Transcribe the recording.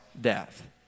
death